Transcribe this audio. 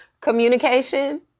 communication